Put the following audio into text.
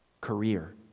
career